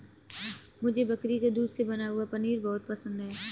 मुझे बकरी के दूध से बना हुआ पनीर बहुत पसंद है